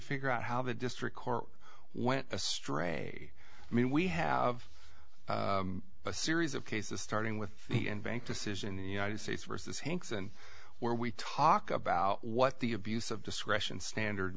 figure out how the district court went astray i mean we have a series of cases starting with the end bank decision in the united states versus hanks and where we talk about what the abuse of discretion standard